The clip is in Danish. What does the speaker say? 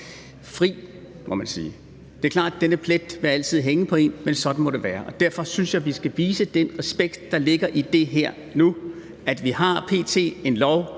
fri, kan man sige. Det er klart, at denne plet altid vil være der, men sådan må det være. Derfor synes jeg, vi skal vise den respekt, der ligger i det her. Vi har pt. en lov,